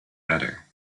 better